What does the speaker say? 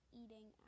eating